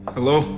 Hello